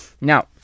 Now